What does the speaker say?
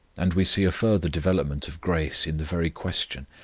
and we see a further development of grace in the very question.